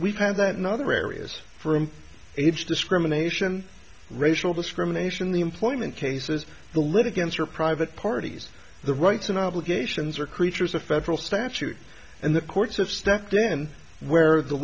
we've had that in other areas for him age discrimination racial discrimination the employment cases the litigants or private parties the rights and obligations are creatures of federal statute and the courts have stepped then where the